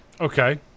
Okay